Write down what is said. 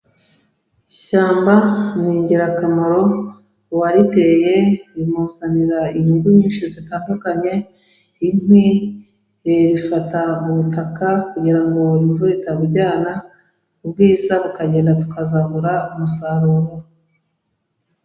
Ishyamba ni ingirakamaro uwariteye rimuzanira inyungu nyinshi zitandukanye inkwi, rifata mu butaka kugira ngo imvura itabujyana ubwiza bukagenda tukazabura umusaruro.